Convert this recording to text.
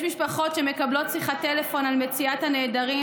יש משפחות שמקבלות שיחת טלפון על מציאת הנעדרים